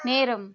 நேரம்